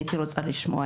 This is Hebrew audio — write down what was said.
הייתי רוצה לשמוע.